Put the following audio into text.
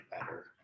better